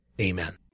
Amen